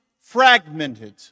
fragmented